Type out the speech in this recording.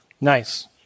Nice